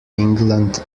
england